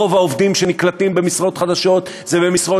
רוב העובדים שנקלטים במשרות חדשות זה במשרות